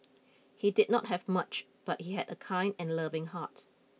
he did not have much but he had a kind and loving heart